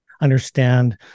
understand